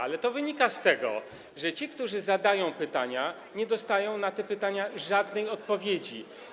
Ale to wynika z tego, że ci, którzy zadają pytania, nie dostają na nie żadnej odpowiedzi.